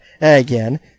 again